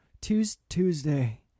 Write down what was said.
Tuesday